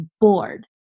bored